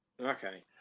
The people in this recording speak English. Okay